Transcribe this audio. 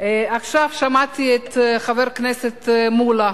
עכשיו שמעתי את חבר הכנסת מולה